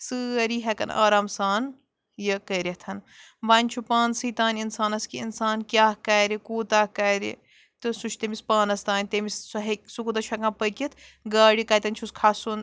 سٲری ہٮ۪کَن آرام سان یہِ کٔرِتھ وۄنۍ چھُ پانسٕے تام اِنسانَس کہِ اِنسان کیٛاہ کَرِ کوٗتاہ کَرِ تہٕ سُہ چھُ تٔمِس پانَس تام تٔمِس سُہ ہیٚکۍ سُہ کوٗتاہ چھُ ہٮ۪کان پٔکِتھ گاڑِ کَتٮ۪ن چھُس کھسُن